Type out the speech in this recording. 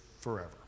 forever